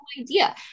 idea